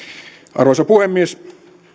arvoisa puhemies